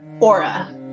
Aura